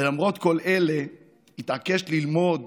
ולמרות כל אלה התעקש ללמוד,